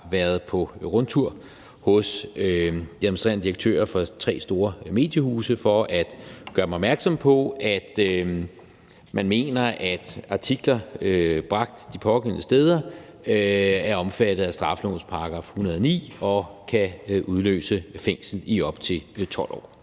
været på rundtur hos de administrerende direktører for tre store mediehuse for at gøre dem opmærksom på, at man mener, at artikler bragt de pågældende steder er omfattet af straffelovens § 109 og kan udløse fængsel i op til 12 år.